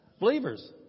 Believers